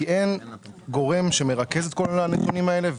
כי אין גורם שמרכז את כל הנתונים האלה,